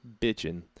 bitching